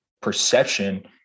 perception